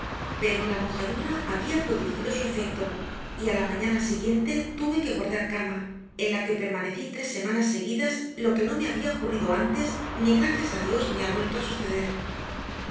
pero la mojadura había producido su efecto y a la mañana siguiente tuve que guardar cama en la que permanecí tres semanas seguidas lo que no me había ocurrido antes ni gracias a dios me ha vuelto a suceder